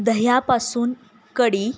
दह्यापासून कढी